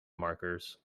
markers